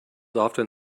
often